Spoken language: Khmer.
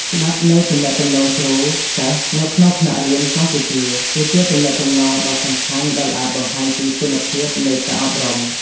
ច្បាប់នៃទំនាក់ទំនងគ្រូ សិស្សនៅក្នុងថ្នាក់រៀនកម្ពុជា គឺជាទំនាក់ទំនងដ៏សំខាន់ដែលអាចបង្ហាញពីគុណភាពនៃការអប់រំ។